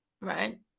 right